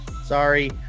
sorry